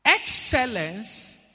Excellence